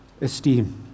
esteem